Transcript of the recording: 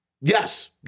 Yes